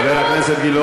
--- חבר הכנסת גילאון,